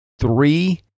three